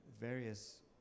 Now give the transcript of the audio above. various